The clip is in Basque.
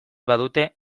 badute